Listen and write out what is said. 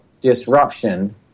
disruption